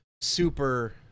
super